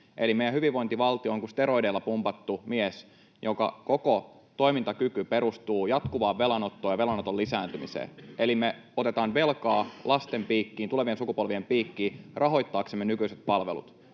Eli meidän hyvinvointivaltio on kuin steroideilla pumpattu mies, jonka koko toimintakyky perustuu jatkuvaan velanottoon ja velanoton lisääntymiseen. Eli me otetaan velkaa lasten piikkiin, tulevien sukupolvien piikkiin rahoittaaksemme nykyiset palvelut.